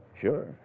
Sure